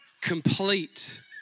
complete